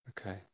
okay